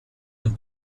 ein